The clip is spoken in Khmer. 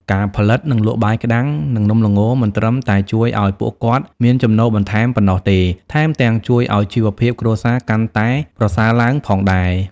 ការផលិត និងលក់បាយក្ដាំង និងនំល្ង មិនត្រឹមតែជួយឲ្យពួកគាត់មានចំណូលបន្ថែមប៉ុណ្ណោះទេ ថែមទាំងជួយឲ្យជីវភាពគ្រួសារកាន់តែប្រសើរឡើងផងដែរ។